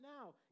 now